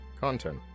Content